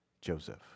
Joseph